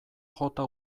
jota